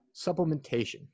Supplementation